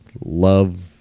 love